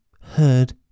heard